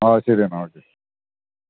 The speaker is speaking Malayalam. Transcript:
ആ ശരി എന്നാൽ ഓക്കെ